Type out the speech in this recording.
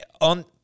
on